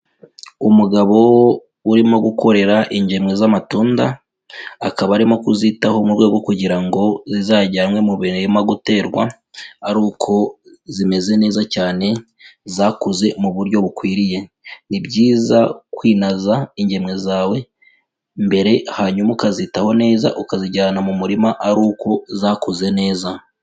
Umugabo urimo gukorera ingemwe z'amatunda, akaba arimo kuzitaho mu rwego kugira ngo zizajyanwe mu mirima guterwa ari uko zimeze neza cyane, zakuze mu buryo bukwiriye. Ni byiza kwinaza ingemwe zawe mbere, hanyuma ukazitaho neza, ukazijyana mu murima ari uko zakuze neza.